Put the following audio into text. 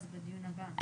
כבוד היושבת-ראש,